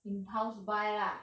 impulse buy lah